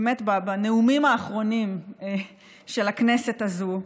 באמת, בנאומים האחרונים של הכנסת הזו,